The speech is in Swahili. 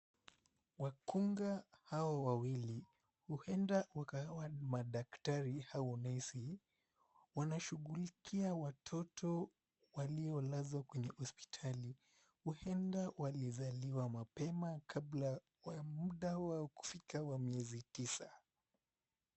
Wakunga hawa wawili huenda wakawa ni madaktari au nesi. Wanashughilikia watoto walio lazwa kwenye hospitali. Huenda walizaliwa mapema kabla ya muda wao kufika wa miezi tisa.